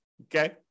okay